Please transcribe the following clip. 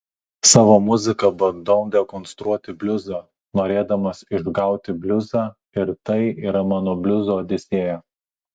savo muzika bandau dekonstruoti bliuzą norėdamas išgauti bliuzą ir tai yra mano bliuzo odisėja